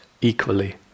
equally